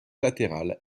latérale